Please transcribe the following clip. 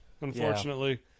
Unfortunately